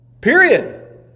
Period